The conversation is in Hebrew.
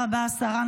תודה רבה, השרה.